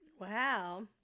wow